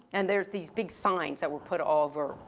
and there's these big signs that were put all over,